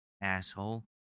asshole